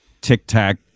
tic-tac